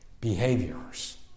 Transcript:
behaviors